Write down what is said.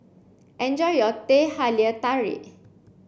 enjoy your Teh Halia Tarik